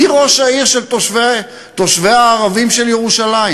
מי ראש העיר של תושביה הערבים של ירושלים?